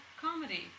comedy